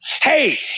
Hey